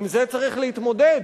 עם זה צריך להתמודד.